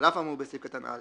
"על אף האמור בסעיף (א)